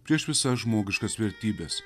prieš visas žmogiškas vertybes